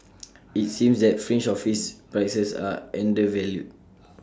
IT seems that fringe office prices are undervalued